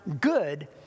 good